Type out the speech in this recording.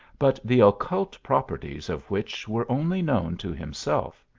but the occult properties of which were only known to himself.